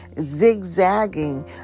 zigzagging